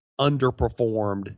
underperformed